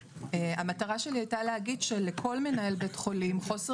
המטרה שלי הייתה להגיד שלכל מנהל בית חולים חוסר